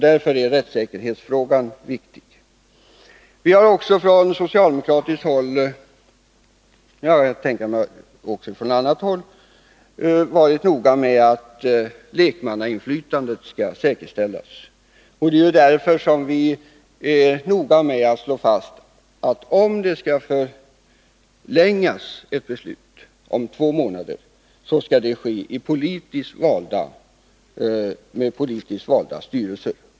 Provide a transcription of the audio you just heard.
Därför är rättssäkerhetsfrågan viktig. Vi har från socialdemokratiskt håll — och jag kan tänka mig att man på annat håll har haft samma inställning — varit noga med att lekmannainflytandet skall säkerställas. Det är därför som vi slår fast, att om ett beslut skall förlängas med två månader, skall det ske genom politiskt valda styrelser.